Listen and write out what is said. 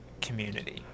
community